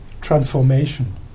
transformation